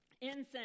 Incense